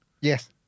Yes